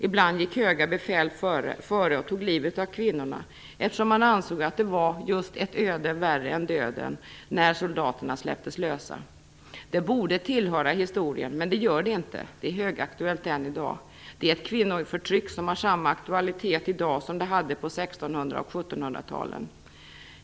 Ibland gick höga befäl före och tog livet av kvinnorna, eftersom man ansåg att det var just ett öde värre än döden när soldaterna släpptes lösa. Detta borde tillhöra historien, men det gör det inte - det är högaktuellt än i dag. Det är ett kvinnoförtryck som har samma aktualitet i dag som det hade på 1600 och 1700-talen.